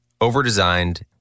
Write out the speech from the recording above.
overdesigned